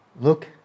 look